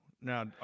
Now